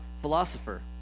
philosopher